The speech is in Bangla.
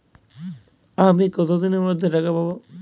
আমি কতদিনের মধ্যে টাকা পাবো?